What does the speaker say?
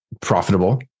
profitable